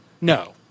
No